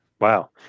Wow